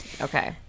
Okay